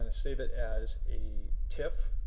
and save it as a tiff.